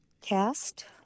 cast